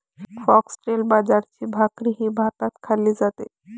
foxtail बाजरीची भाकरीही भारतात खाल्ली जाते